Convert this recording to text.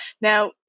Now